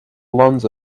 lungs